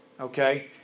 Okay